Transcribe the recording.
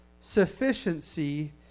sufficiency